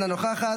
אינה נוכחת,